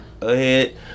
ahead